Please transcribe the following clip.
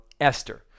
Esther